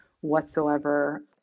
whatsoever